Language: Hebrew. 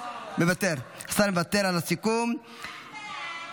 אינה נוכחת,